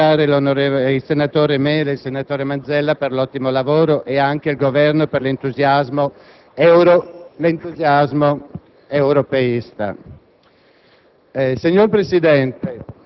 alla risoluzione, volevo ringraziare i senatori Mele e Manzella per l'ottimo lavoro, nonché il Governo per l'entusiasmo europeista.